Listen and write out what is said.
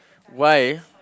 why